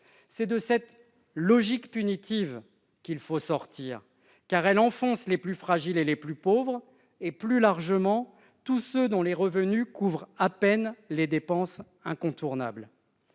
C'est de cette logique punitive qu'il faut sortir, car elle enfonce les plus fragiles et les plus pauvres et, plus largement, tous ceux dont les revenus couvrent à peine les dépenses incontournables.